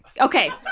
Okay